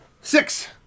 Six